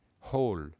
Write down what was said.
whole